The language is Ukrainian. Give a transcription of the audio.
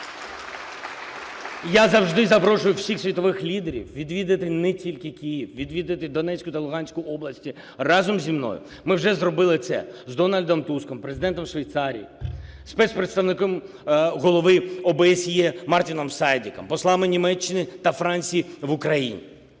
Я завжди запрошую всіх світових лідерів відвідати не тільки Київ, відвідати Донецьку та Луганські області разом зі мною. Ми вже зробили це з Дональдом Туском, з Президентом Швейцарії, з спецпредставником голови ОБСЄ Мартіном Сайдіком, послами Німеччини та Франції в Україні.